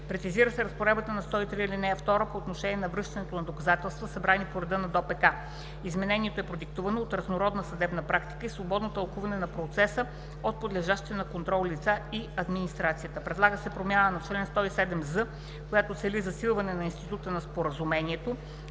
Прецизира се разпоредбата на чл. 103, ал. 2 по отношение връщането на доказателства, събрани по реда на ДОПК. Изменението е продиктувано от разнородната съдебна практика и свободното тълкуване на процеса от подлежащите на контрол лица и администрацията. Предлага се промяна в чл. 107з, която цели засилване на института на споразумението